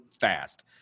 fast